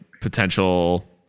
potential